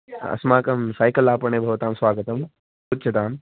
अस्माकं सैकल् आपणे भवतां स्वागतम् उच्यतां